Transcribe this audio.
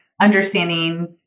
understanding